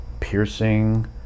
piercing